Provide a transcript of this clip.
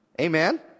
Amen